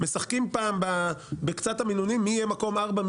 משחקים פעם בקצת המינונים מי יהיה מקום ארבע,